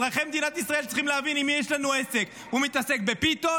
אזרחי מדינת ישראל צריכים להבין עם מי יש לנו עסק: הוא מתעסק בפיתות,